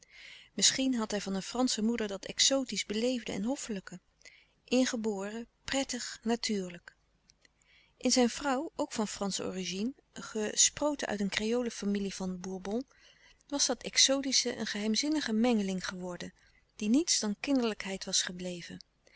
misschien had hij van een fransche moeder dat exotisch beleefde en hoffelijke ingeboren prettig natuurlijk in zijn vrouw ook van fransche origine gesproten uit een kreolenfamilie van bourbon was dat exotische een geheimzinnige mengeling geworden die niets dan kinderlijkheid was gebleven